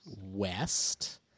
West